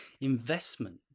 investment